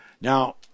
Now